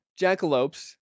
jackalopes